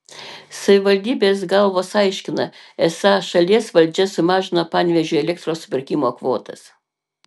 savivaldybės galvos aiškina esą šalies valdžia sumažino panevėžiui elektros supirkimo kvotas